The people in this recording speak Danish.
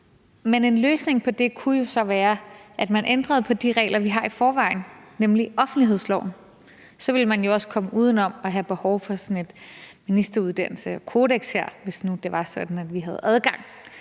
Men en løsning på det kunne jo så være, at man ændrede på de regler, vi har i forvejen, nemlig offentlighedsloven. Så ville man jo også komme uden om at have behov for sådan en ministeruddannelse og sådan et kodeks her, hvis nu det var sådan, at vi havde adgang